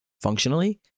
functionally